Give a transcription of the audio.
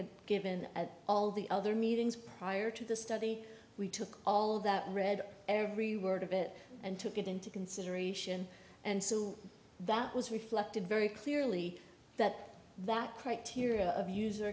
had given at all the other meetings prior to the study we took all of that read every word of it and took it into consideration and so that was reflected very clearly that that criteria of user